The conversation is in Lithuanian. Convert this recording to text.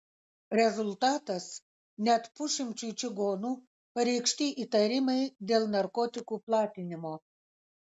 rezultatas net pusšimčiui čigonų pareikšti įtarimai dėl narkotikų platinimo